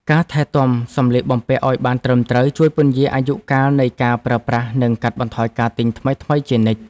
ការថែទាំសម្លៀកបំពាក់ឱ្យបានត្រឹមត្រូវជួយពន្យារអាយុកាលនៃការប្រើប្រាស់ និងកាត់បន្ថយការទិញថ្មីៗជានិច្ច។